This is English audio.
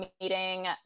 meeting